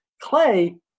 Clay